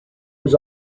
was